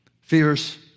fierce